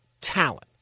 talent